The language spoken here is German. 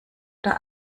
oder